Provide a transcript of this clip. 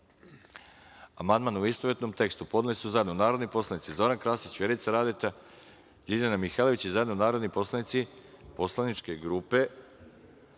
amandman, u istovetnom tekstu, podneli su zajedno narodni poslanici Zoran Krasić, Vjerica Radeta i Marina Ristić, i zajedno narodni poslanici Poslaničke grupe